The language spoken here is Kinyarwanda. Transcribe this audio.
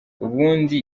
ubundi